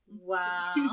Wow